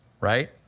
right